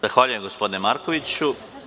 Zahvaljujem gospodine Markoviću.